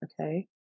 Okay